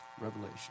revelation